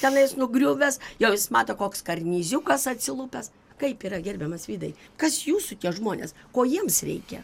tenais nugriuvęs jau jis mato koks karnyziukas atsilupęs kaip yra gerbiamas vydai kas jūsų tie žmonės ko jiems reikia